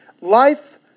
Life